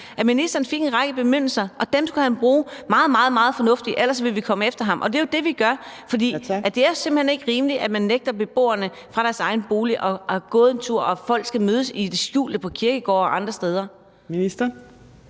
at ministeren fik en række bemyndigelser, og at dem skulle han bruge meget, meget fornuftigt. Ellers ville vi komme efter ham, og det er jo det, vi gør, for det er simpelt hen ikke rimeligt, at man nægter beboerne at forlade deres egen bolig og gå en tur, og at folk skal mødes i det skjulte på kirkegårde og andre steder. Kl.